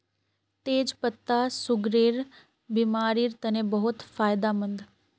तेच पत्ता सुगरेर बिमारिर तने बहुत फायदामंद